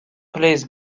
plays